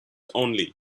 only